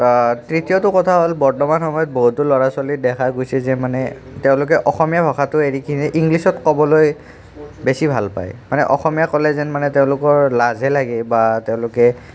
তৃতীয়টো কথা হ'ল বৰ্তমান সময়ত বহুতো ল'ৰা ছোৱালী দেখা গৈছে যে মানে তেওঁলোকে অসমীয়া ভাষাটো এৰি কিনে ইংলিছত ক'বলৈ বেছি ভাল পায় অসমীয়া ক'লে যেন মানে তেওঁলোকৰ লাজহে লাগে বা তেওঁলোকে